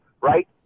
right